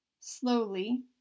slowly